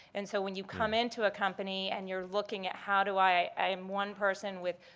and so when you come into a company and you're looking at how do i, i am one person with,